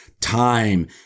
time